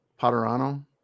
Potterano